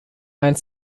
and